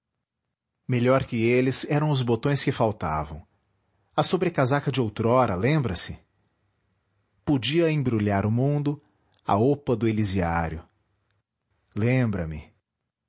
melhor que eles eram os botões que faltavam a sobrecasaca de outrora lembra-se podia embrulhar o mundo a opa do elisiário lembra-me